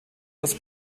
das